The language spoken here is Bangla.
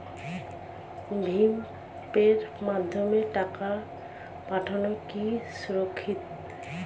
ভিম পের মাধ্যমে টাকা পাঠানো কি সুরক্ষিত?